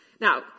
Now